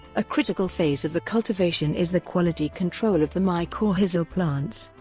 a critical phase of the cultivation is the quality control of the mycorrhizal plants.